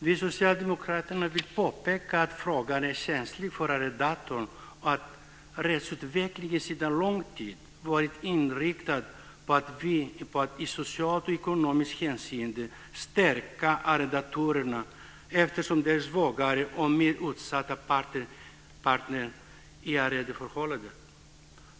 Vi socialdemokrater vill påpeka att frågan är känslig för arrendatorn och att rättsutvecklingen sedan lång tid har varit inriktad på att i socialt och ekonomiskt hänseende stärka arrendatorn eftersom han eller hon är den svagare och mer utsatta parten i arrendeförhållandet.